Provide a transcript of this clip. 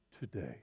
today